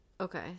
Okay